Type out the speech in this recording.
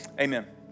Amen